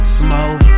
smoke